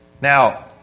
Now